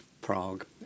Prague